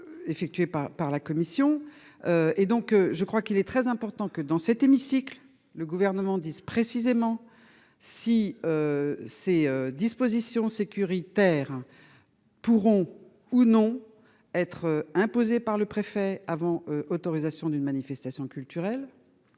Effectuées par par la commission. Et donc je crois qu'il est très important que, dans cet hémicycle le gouvernement disent précisément si. Ces dispositions sécuritaires. Pourront ou non être imposé par le préfet avant autorisation d'une manifestation culturelle.